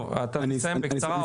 טוב, תסיים בקצרה.